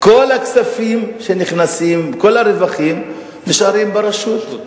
כל הכספים שנכנסים, כל הרווחים נשארים ברשות.